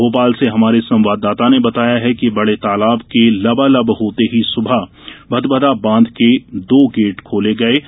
भोपाल से हमारे संवाददाता ने बताया है कि बड़े तालाब के लंबालब होते ही सुबह भर्दभदा बांध के दो गेट खोले गये थे